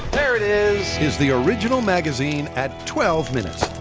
there it is. is the original magazine at twelve minutes.